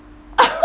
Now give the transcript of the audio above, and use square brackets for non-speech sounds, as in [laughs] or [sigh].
[laughs]